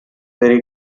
they